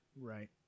Right